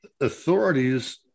authorities